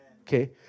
Okay